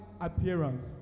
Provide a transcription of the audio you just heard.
appearance